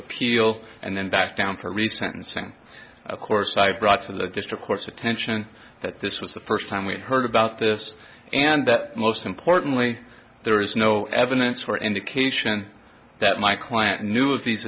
appeal and then back down from recent and saying of course i brought to the list of course attention that this was the first time we heard about this and that most importantly there is no evidence for indication that my client knew of these